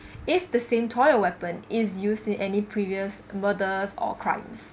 if the same toy or weapon is used in any previous murders or crime